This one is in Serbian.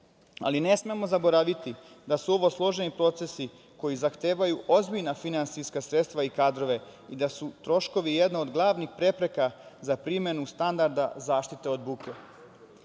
Ali ne smemo zaboraviti da su ovo složeni procesi koji zahtevaju ozbiljna finansijska sredstva i kadrove i da su troškovi jedna od glavnih prepreka za primenu standarda zaštite od